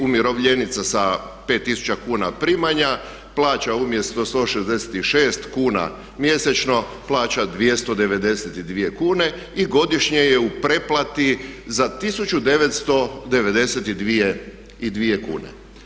Umirovljenica sa 5000 kuna primanja plaća umjesto 166 kn mjesečno, plaća 292 kn i godišnje je u pretplati za 1992 kn.